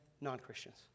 non-Christians